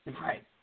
Right